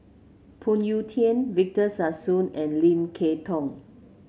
Phoon Yew Tien Victor Sassoon and Lim Kay Tong